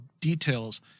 details